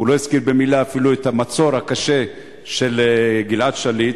הוא לא הזכיר במלה אפילו את המצור הקשה של גלעד שליט,